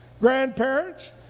grandparents